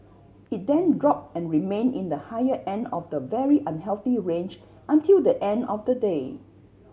it then dropped and remained in the higher end of the very unhealthy range until the end of the day